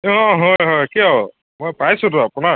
অ' হয় হয় কিয় মই পাইছোঁটো আপোনাক